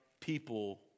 people